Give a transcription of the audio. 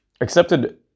accepted